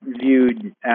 viewed